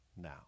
now